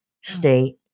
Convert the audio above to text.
state